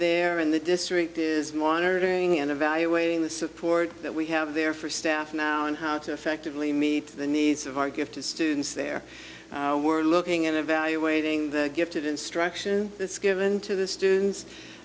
there and the district is monitoring and evaluating the support that we have there for staff now and how to effectively meet the needs of our gifted students there were looking and evaluating the gifted instruction this given to the students